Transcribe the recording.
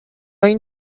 این